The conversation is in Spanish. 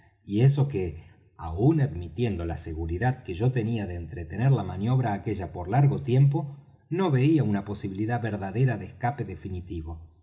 y eso que aun admitiendo la seguridad que yo tenía de entretener la maniobra aquella por largo tiempo no veía una posibilidad verdadera de escape definitivo